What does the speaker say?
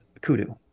kudu